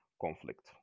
conflict